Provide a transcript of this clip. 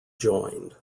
joined